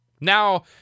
Now